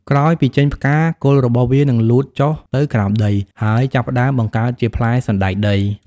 ក្រោយពីចេញផ្កា គល់របស់វា នឹងលូតចុះទៅក្រោមដី ហើយចាប់ផ្តើមបង្កើតជាផ្លែសណ្ដែកដី។